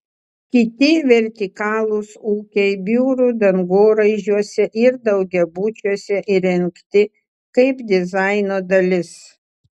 kiti vertikalūs ūkiai biurų dangoraižiuose ir daugiabučiuose įrengti kaip dizaino dalis